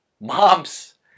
moms